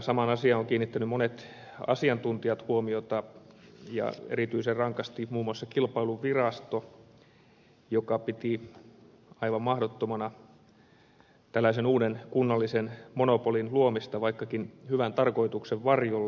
samaan asiaan ovat kiinnittäneet monet asiantuntijat huomiota erityisen rankasti muun muassa kilpailuvirasto joka piti aivan mahdottomana tällaisen uuden kunnallisen monopolin luomista vaikkakin hyvän tarkoituksen varjolla